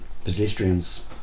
Pedestrians